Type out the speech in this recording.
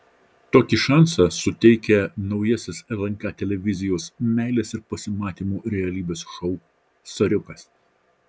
tokį šansą suteikia naujasis lnk televizijos meilės ir pasimatymų realybės šou soriukas